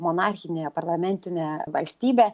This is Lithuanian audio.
monarchinė parlamentinė valstybė